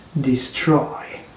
destroy